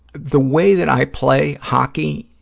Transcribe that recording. the way that i play hockey,